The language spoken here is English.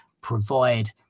provide